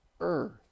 earth